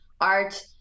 art